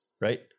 right